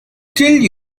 kill